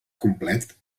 complet